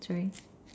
that's right